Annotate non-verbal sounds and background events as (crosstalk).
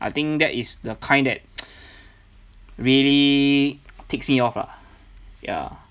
I think that is the kind that (noise) really ticks me off lah ya